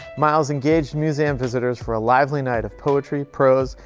myles engaged museum visitors for a lively night of poetry, prose,